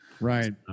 Right